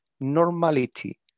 normality